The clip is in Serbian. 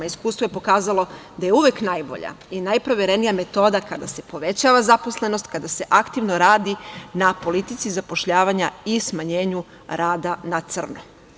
Iskustvo je pokazalo da je uvek najbolja i najproverenija metoda kada se povećava zaposlenost, kada se aktivno radi na politici zapošljavanja i smanjenju rada na crno.